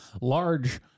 large